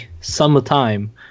summertime